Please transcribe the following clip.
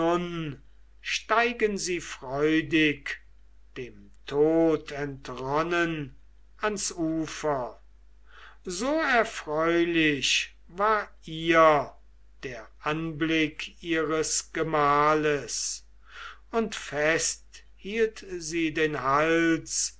steigen sie freudig dem tod entronnen ans ufer so erfreulich war ihr der anblick ihres gemahles und fest hielt sie den hals